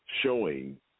showing